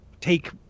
take –